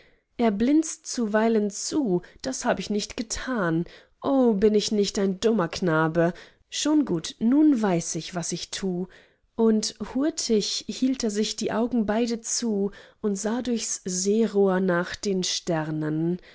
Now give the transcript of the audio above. blinzt zuweilen zu das hab ich nicht getan o bin ich nicht ein dummer knabe schon gut nun weiß ich was ich tu und hurtig hielt er sich die augen beide zu und sah durchs sehrohr nach den sternen